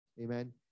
Amen